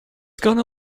gonna